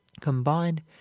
combined